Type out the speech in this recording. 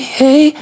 hey